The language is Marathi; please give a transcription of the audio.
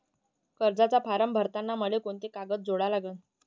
कर्जाचा फारम भरताना मले कोंते कागद जोडा लागन?